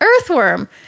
earthworm